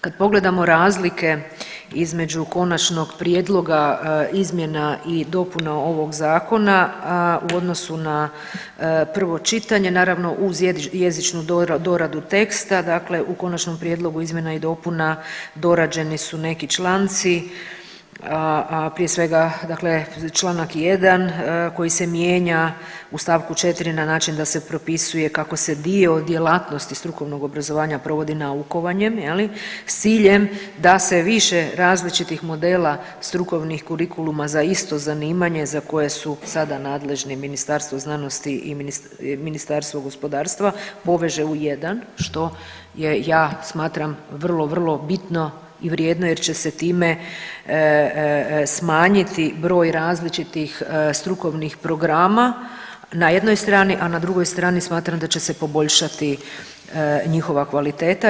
Kad pogledamo razlike između konačnog prijedloga izmjena i dopuna ovog zakona u odnosu na prvo čitanje naravno uz jezičnu doradu teksta dakle u konačnom prijedlogu izmjena i dopuna dorađeni su neki članci, a prije svega dakle Članak 1. koji se mijenja u stavku 4. na način da se propisuje kako se dio djelatnosti strukovnog obrazovanja provodi naukovanjem je li, s ciljem da se više različitih modela strukovnih kurikuluma za isto zanimanje za koje su sada nadležni Ministarstvo znanosti i Ministarstvo gospodarstva poveže u jedan što je ja smatram vrlo, vrlo bitno i vrijedno jer će se time smanjiti broj različitih strukovnih programa na jednoj strani, a na drugoj strani smatram da će se poboljšati njihova kvaliteta.